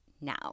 now